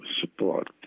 support